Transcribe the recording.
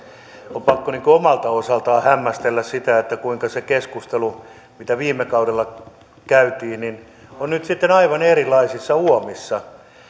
on pakko omalta osaltaan hämmästellä sitä kuinka se keskustelu mitä viime kaudella käytiin on nyt sitten aivan erilaisissa uomissa